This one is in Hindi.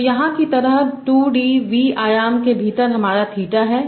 तो यहाँ की तरह 2d V आयाम के भीतर हमारा थीटा है